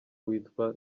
witwa